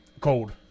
Cold